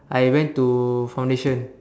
I went to foundation